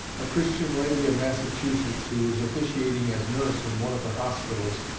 a christian lady of massachusetts, who was officiating as nurse in one of the hospitals,